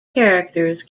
characters